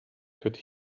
could